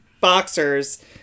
boxers